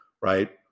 right